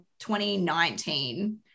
2019